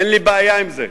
אין לי בעיה עם זה.